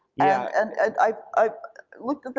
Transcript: yeah and i looked at that.